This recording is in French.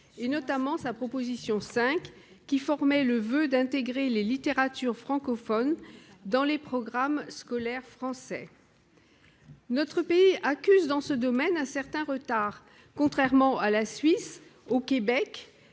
et notamment sa proposition n° 5, par laquelle nous formions le voeu d'intégrer les littératures francophones dans les programmes scolaires français. Notre pays accuse dans ce domaine un certain retard, contrairement à la Suisse, au Québec